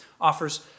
offers